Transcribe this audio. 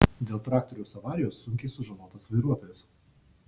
dėl traktoriaus avarijos sunkiai sužalotas vairuotojas